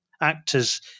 actors